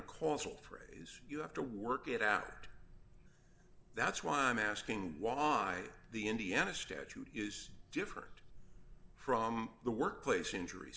a causal phrase you have to work it out that's why i'm asking why the indiana statute is different from the workplace injury